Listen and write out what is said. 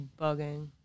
bugging